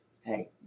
hey